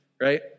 right